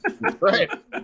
right